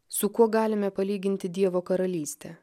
su kuo galime palyginti dievo karalystę